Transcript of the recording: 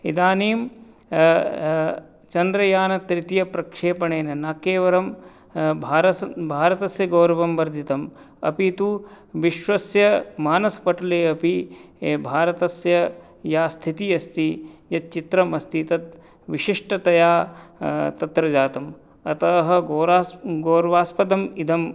इदानीं चन्द्रयानतृतीयप्रक्षेपणेन न केवलं भारस् भारतस्य गौरवं वर्धितम् अपि तु विश्वस्य मानसपटले अपि भारतस्य या स्थितिः अस्ति यत् चित्रम् अस्ति तत् विशिष्टतया तत्र जातं अतः गौरवास् गौरवास्पदम् इदं